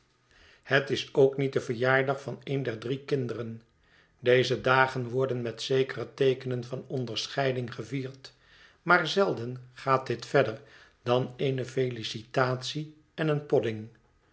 het is ook niet de verjaardag van een der drie kinderen deze dagen worden met zekere teekenen van onderscheiding gevierd maai zelden gaat dit verder dan eene felicitatie en een podding